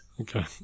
Okay